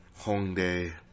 Hongdae